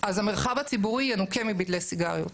אז המרחב הציבורי ינוקה מבדלי סיגריות.